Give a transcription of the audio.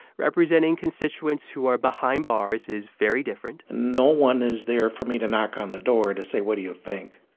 representing constituents who are behind bars is very different no one is there for me to knock on the door to say, what do you think?